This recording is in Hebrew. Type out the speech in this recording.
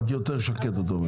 רק יותר שקט, את אומרת.